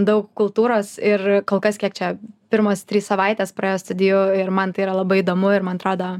daug kultūros ir kol kas kiek čia pirmos trys savaitės praėjo studijų ir man tai yra labai įdomu ir man atrodo